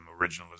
originalism